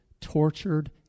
tortured